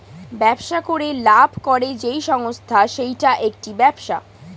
ব্যবসা করে লাভ করে যেই সংস্থা সেইটা একটি ব্যবসা